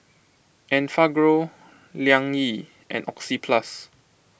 Enfagrow Liang Yi and Oxyplus